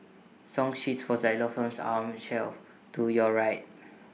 song sheets for xylophones are on shelf to your right